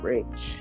Rich